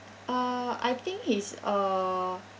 uh I think he's a